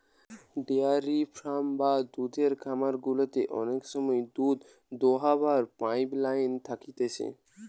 dairy farm বা দুধের খামার গুলাতে অনেক সময় দুধ দোহাবার পাইপ লাইন থাকতিছে